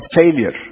failure